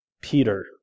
Peter